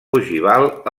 ogival